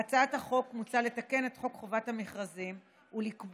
בהצעת החוק מוצע לתקן את חוק חובת המכרזים ולקבוע